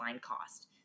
cost